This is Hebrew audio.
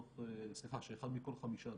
שאחד מכל חמישה,